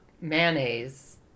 mayonnaise